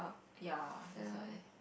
ya that's why